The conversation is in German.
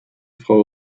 frau